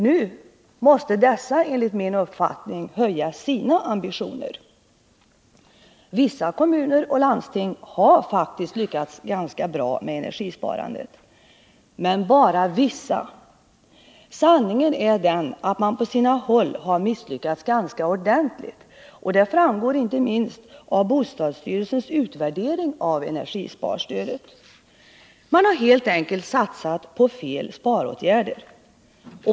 Nu måste dessa enligt min uppfattning själva höja sina ambitioner. Vissa kommuner och landsting har faktiskt lyckats ganska bra med energisparandet — men bara vissa. Sanningen är den att man på många håll har misslyckats ganska ordentligt. Det framgår inte minst av bostadsstyrelsens utvärdering av energisparstödet. Man har helt enkelt satsat på fel sparåtgärder.